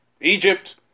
Egypt